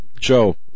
joe